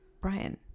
brian